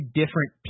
different